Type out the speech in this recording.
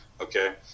okay